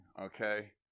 Okay